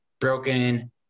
broken